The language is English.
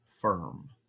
firm